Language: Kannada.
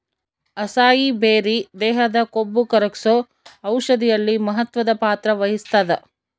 ಅಸಾಯಿ ಬೆರಿ ದೇಹದ ಕೊಬ್ಬುಕರಗ್ಸೋ ಔಷಧಿಯಲ್ಲಿ ಮಹತ್ವದ ಪಾತ್ರ ವಹಿಸ್ತಾದ